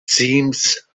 seems